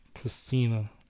Christina